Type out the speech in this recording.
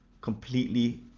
Completely